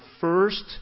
first